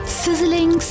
sizzling